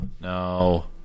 no